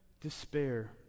despair